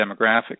demographic